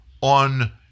on